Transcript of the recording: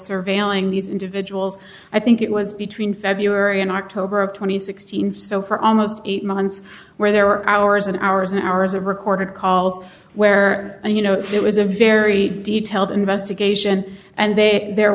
surveilling these individuals i think it was between february and october of two thousand and sixteen so for almost eight months where there were hours and hours and hours of recorded calls where you know it was a very detailed investigation and they there